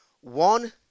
One